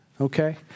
Okay